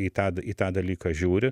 į tą d į tą dalyką žiūri